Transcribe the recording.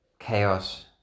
chaos